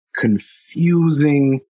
confusing